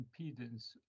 impedance